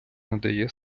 надає